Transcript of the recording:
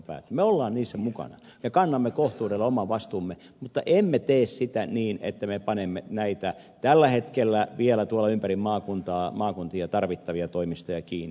me olemme niissä mukana me kannamme kohtuudella oman vastuumme mutta emme tee sitä niin että me panemme näitä tällä hetkellä vielä ympäri maakuntia tarvittavia toimistoja kiinni